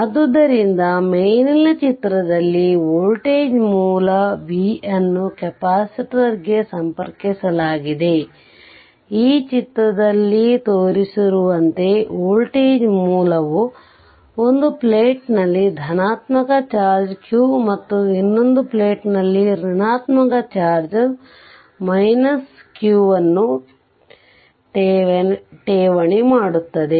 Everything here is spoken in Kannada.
ಆದ್ದರಿಂದ ಮೇಲಿನ ಚಿತ್ರದಲ್ಲಿ ವೋಲ್ಟೇಜ್ ಮೂಲ v ಅನ್ನು ಕೆಪಾಸಿಟರ್ಗೆ ಸಂಪರ್ಕಿಸಲಾಗಿದೆ ಈ ಚಿತ್ರದಲ್ಲಿ ತೋರಿಸಿರುವಂತೆ ವೋಲ್ಟೇಜ್ ಮೂಲವು ಒಂದು ಪ್ಲೇಟ್ನಲ್ಲಿ ಧನಾತ್ಮಕ ಚಾರ್ಜ್ q ಮತ್ತು ಇನ್ನೊಂದು ಪ್ಲೇಟ್ನಲ್ಲಿ ಋಣಾತ್ಮಕ ಚಾರ್ಜ್ q ಅನ್ನು ಠೇವಣಿ ಮಾಡುತ್ತದೆ